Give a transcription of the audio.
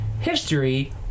history